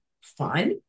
fun